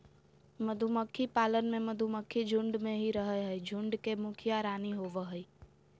मधुमक्खी पालन में मधुमक्खी झुंड में ही रहअ हई, झुंड के मुखिया रानी होवअ हई